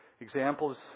Examples